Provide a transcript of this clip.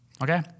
Okay